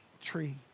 tree